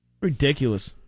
Ridiculous